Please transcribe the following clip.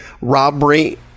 robbery